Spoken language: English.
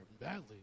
badly